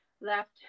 left